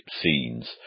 scenes